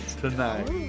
tonight